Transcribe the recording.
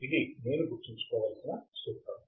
ఇది నేను గుర్తుంచుకోవలసిన సూత్రం